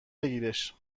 بگیرش